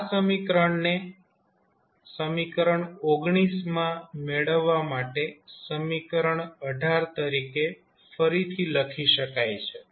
આ સમીકરણ ને સમીકરણ મેળવવા માટે સમીકરણ તરીકે ફરીથી લખી શકાય છે